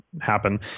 happen